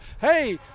hey